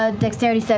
ah dexterity, so